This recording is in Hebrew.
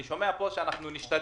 אני שומע פה ש"אנחנו נשתדל,